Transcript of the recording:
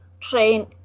train